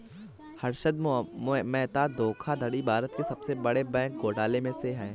हर्षद मेहता धोखाधड़ी भारत के सबसे बड़े बैंक घोटालों में से है